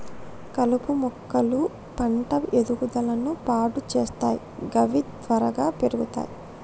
కలుపు మొక్కలు పంట ఎదుగుదలను పాడు సేత్తయ్ గవి త్వరగా పెర్గుతయ్